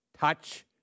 touch